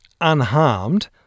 unharmed